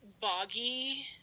boggy